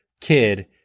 kid